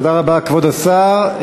תודה רבה, כבוד השר.